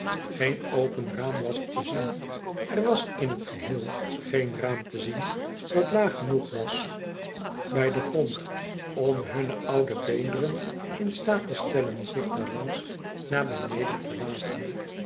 geen open raam was er te zien er was in t geheel geen raam te zien dat laag genoeg was bij den grond om hunne oude beerien in staat te stellen zich daar langs naar beneden te laten